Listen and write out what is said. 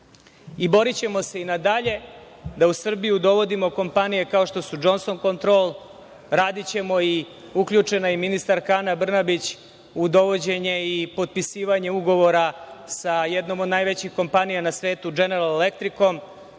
Borićemo se i na dalje da u Srbiju dovodimo kompanije kao što su DŽonson kontrol, radićemo i uključena je i ministarka Ana Brnabić u dovođenje i potpisivanje ugovora sa jednom od najvećih kompanija na svetu DŽeneral elektrikom